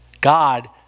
God